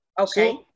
Okay